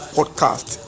Podcast